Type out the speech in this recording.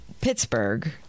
Pittsburgh